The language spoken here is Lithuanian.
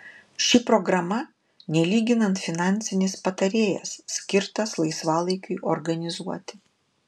ši programa nelyginant finansinis patarėjas skirtas laisvalaikiui organizuoti